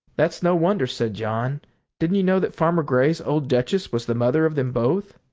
that's no wonder, said john didn't you know that farmer grey's old duchess was the mother of them both?